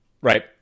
Right